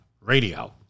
radio